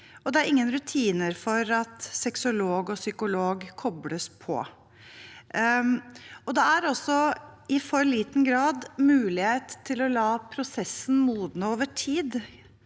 Det er ingen rutiner for at sexolog og psykolog kobles på. Det er også i for liten grad mulighet til å la prosessen modnes over tid.